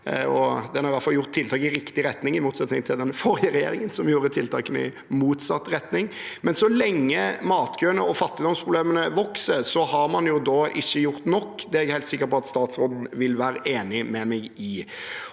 hvert fall gjort tiltak i riktig retning, i motsetning til den forrige regjeringen, som gjorde tiltak i motsatt retning. Men så lenge matkøene og fattigdomsproblemene vokser, har man ikke gjort nok. Det er jeg helt sikker på at statsråden vil være enig med meg i.